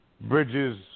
bridges